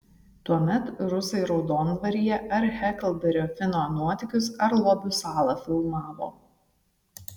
tuomet rusai raudondvaryje ar heklberio fino nuotykius ar lobių salą filmavo